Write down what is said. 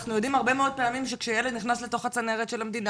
ואנחנו יודעים הרבה מאוד פעמים שכשילד נכנס לתוך הצנרת של המדינה,